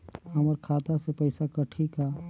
हमर खाता से पइसा कठी का?